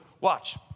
watch